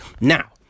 Now